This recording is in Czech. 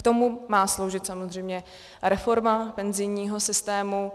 K tomu má sloužit samozřejmě reforma penzijního systému.